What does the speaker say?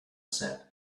said